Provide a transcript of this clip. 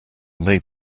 made